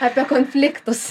apie konfliktus